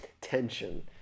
tension